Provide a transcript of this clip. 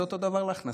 נעשה לך קצת פדיחות.